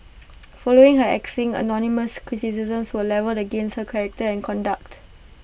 following her axing anonymous criticisms were levelled against her character and conduct